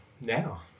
now